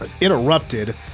interrupted